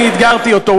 אתגרתי אותו,